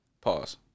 pause